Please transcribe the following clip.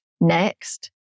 next